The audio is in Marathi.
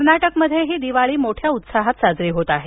कर्नाटकमध्ये दिवाळी मोठ्या उत्साहात साजरी होत आहे